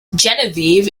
genevieve